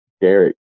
Derek